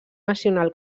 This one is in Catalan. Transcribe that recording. nacional